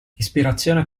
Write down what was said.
ispirazione